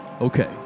okay